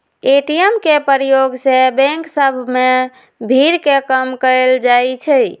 ATM के प्रयोग से बैंक सभ में भीड़ के कम कएल जाइ छै